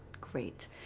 Great